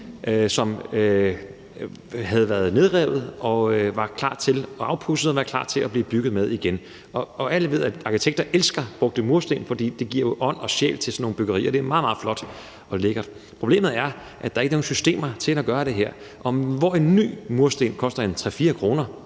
og afpudset og var klar til at blive bygget med igen, og alle ved, at arkitekter elsker brugte mursten, for det giver jo ånd og sjæl til sådan nogle byggerier. Det er meget, meget flot og lækkert. Problemet er, at der ikke er nogen systemer til at gøre det her, og hvor en ny mursten koster 3-4 kr.